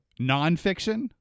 nonfiction